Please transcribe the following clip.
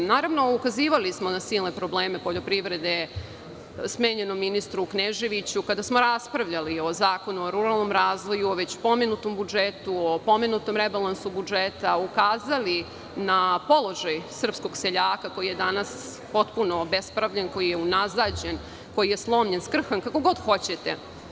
Naravno, ukazivali smo na silne probleme poljoprivrede smenjenom ministru Kneževiću, kada smo raspravljali o Zakonu o ruralnom razvoju, o već pomenutom budžetu, o pomenutom rebalansu budžeta, ukazali na položaj srpskog seljaka koji je danas potpuno obespravljen, koji je unazađen, koji je slomljen, skrhan, kako god hoćete.